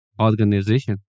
organization